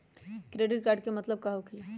Credit card के मतलब का होकेला?